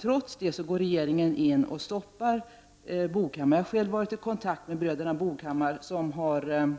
Trots det går regeringen in och stoppar export av Boghammarbåtarna. Jag har själv varit i kontakt med bröderna Boghammar, som har